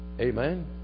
Amen